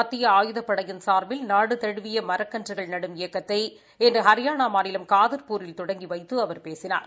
மத்திய ஆயுதப் படையின் சாா்பில் நாடு தழுவிய மரக்கன்றுகள் நடும் இயக்கத்தை இன்று ஹரியானா மாநிலம் காதர்பூரில் தொடங்கி வைத்து அவர் பேசினார்